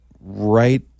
right